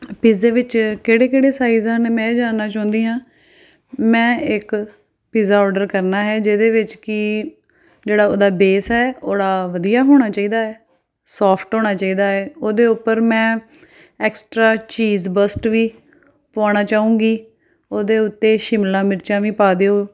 ਪੀਜ਼ੇ ਵਿੱਚ ਕਿਹੜੇ ਕਿਹੜੇ ਸਾਈਜ਼ ਹਨ ਮੈਂ ਇਹ ਜਾਣਨਾ ਚਾਹੁੰਦੀ ਹਾਂ ਮੈਂ ਇੱਕ ਪੀਜ਼ਾ ਔਡਰ ਕਰਨਾ ਹੈ ਜਿਹਦੇ ਵਿੱਚ ਕਿ ਜਿਹੜਾ ਉਹਦਾ ਬੇਸ ਹੈ ਉਹ ਜਿਹੜਾ ਵਧੀਆ ਹੋਣਾ ਚਾਹੀਦਾ ਸੋਫਟ ਹੋਣਾ ਚਾਹੀਦਾ ਹੈ ਉਹਦੇ ਉੱਪਰ ਮੈਂ ਐਕਸਟ੍ਰਾ ਚੀਜ਼ ਬਸਟ ਵੀ ਪਵਾਉਣਾ ਚਾਹਾਂਗੀ ਉਹਦੇ ਉੱਤੇ ਸ਼ਿਮਲਾ ਮਿਰਚਾਂ ਵੀ ਪਾ ਦਿਓ